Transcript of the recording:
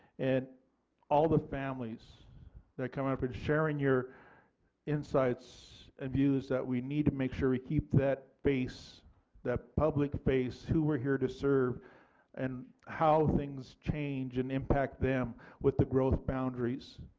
and all the families that come out for sharing your insights and views that we need to make sure that we keep that face that public face who we are here to serve and how things change and impact them with the growth boundaries.